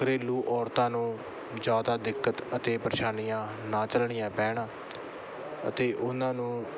ਘਰੇਲੂ ਔਰਤਾਂ ਨੂੰ ਜ਼ਿਆਦਾ ਦਿੱਕਤ ਅਤੇ ਪਰੇਸ਼ਾਨੀਆਂ ਨਾ ਝੱਲਣੀਆਂ ਪੈਣ ਅਤੇ ਉਹਨਾਂ ਨੂੰ